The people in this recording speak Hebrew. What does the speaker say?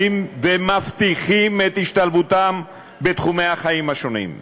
ומבטיחים את השתלבותם בתחומי החיים השונים.